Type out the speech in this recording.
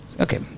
Okay